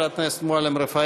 חברת הכנסת מועלם-רפאלי.